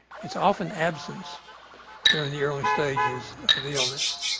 it's often absence during the early stages of the illness.